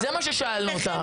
זה מה ששאלנו אותך.